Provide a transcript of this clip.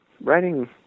writing